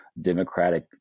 democratic